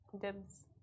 Dibs